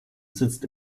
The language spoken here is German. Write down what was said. sitzt